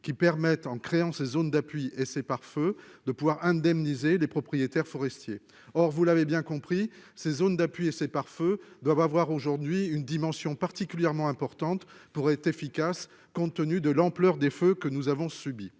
qui permettent, en créant ces zones d'appui et ses pare-feu, de pouvoir indemniser les propriétaires forestiers, or vous l'avez bien compris ses zones d'appuyer ses pare-feu doivent avoir aujourd'hui une dimension particulièrement importante pour être efficace, compte tenu de l'ampleur des feux que nous avons subi